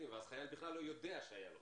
החייל בכלל לא יודע שהיה לו חוב.